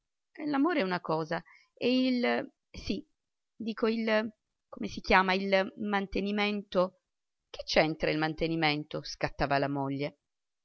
l'amore l'amore è una cosa è il sì dico il come si chiama il mantenimento che c'entra il mantenimento scattava la moglie